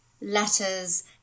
letters